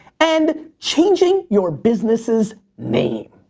and changing your business's name.